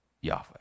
Yahweh